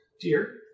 dear